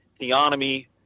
theonomy